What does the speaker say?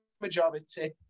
majority